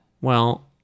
Well-